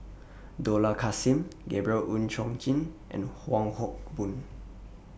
Dollah Kassim Gabriel Oon Chong Jin and Wong Hock Boon